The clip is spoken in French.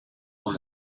dans